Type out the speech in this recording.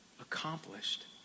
accomplished